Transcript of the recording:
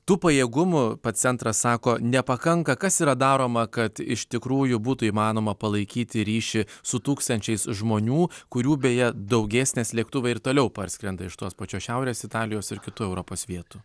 tų pajėgumų pats centras sako nepakanka kas yra daroma kad iš tikrųjų būtų įmanoma palaikyti ryšį su tūkstančiais žmonių kurių beje daugės nes lėktuvai ir toliau parskrenda iš tos pačios šiaurės italijos ir kitų europos vietų